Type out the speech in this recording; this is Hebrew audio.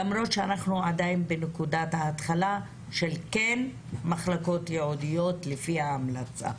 למרות שאנחנו עדיין בנקודת ההתחלה של כן מחלקות ייעודיות לפי ההמלצה.